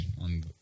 on